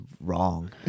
wrong